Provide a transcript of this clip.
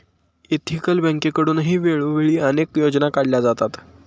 ethical बँकेकडूनही वेळोवेळी अनेक योजना काढल्या जातात